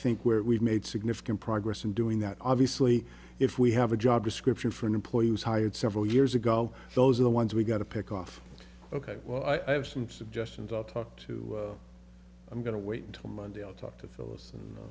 think we're we've made significant progress in doing that obviously if we have a job description for an employee who's hired several years ago those are the ones we've got to pick off ok well i have some suggestions i'll talk to i'm going to wait until monday i'll talk to